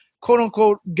quote-unquote